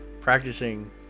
practicing